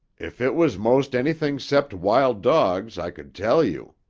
if it was most anything cept wild dogs i could tell you.